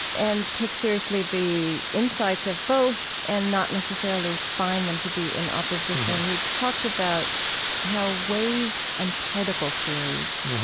and take seriously the insights of both and not necessarily find them to be in opposition. you talked about how wave and particle theories